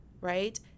right